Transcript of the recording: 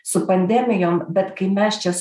su pandemijom bet kai mes čia